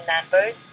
numbers